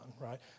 right